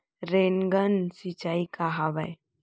Rain gun सिंचाई का हवय?